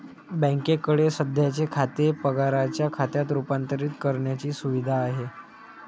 बँकेकडे सध्याचे खाते पगाराच्या खात्यात रूपांतरित करण्याची सुविधा आहे